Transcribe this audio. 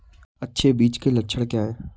अच्छे बीज के लक्षण क्या हैं?